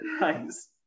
Nice